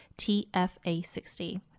TFA60